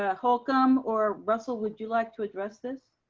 ah holcomb or russell, would you like to address this?